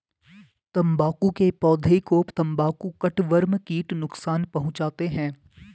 तंबाकू के पौधे को तंबाकू कटवर्म कीट नुकसान पहुंचाते हैं